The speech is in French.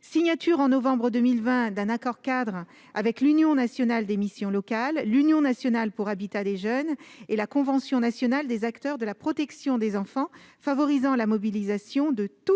signature en novembre 2020 d'un accord-cadre avec l'Union nationale des missions locales, l'Union nationale pour l'habitat des jeunes et la Convention nationale des associations de protection de l'enfant pour mobiliser tous les acteurs